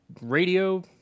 radio